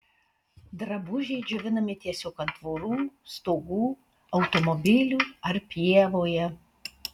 drabužiai džiovinami tiesiog ant tvorų stogų automobilių ar pievoje